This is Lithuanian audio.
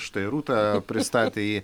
štai rūta pristatė jį